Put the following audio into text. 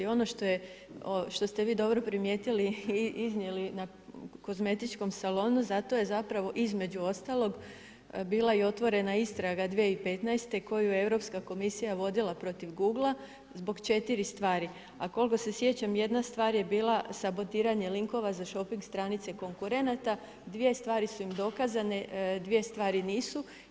Ono što ste vi dobro primijetili i iznijeli, na kozmetičkom salonu zato je zapravo između ostalog, bila i otvorena istraga 2015. koju je Europska komisija vodila protiv Google, zbog 4 stvari, a koliko se sjećam, jedna stvar je bila sabotiranje linkova za shopping stranica konkurenata, 2 stvari su im dokazane, 2 stvari nisu.